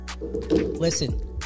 Listen